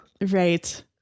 Right